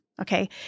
Okay